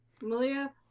Malia